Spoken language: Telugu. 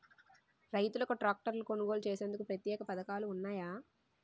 రైతులకు ట్రాక్టర్లు కొనుగోలు చేసేందుకు ప్రత్యేక పథకాలు ఉన్నాయా?